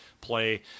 play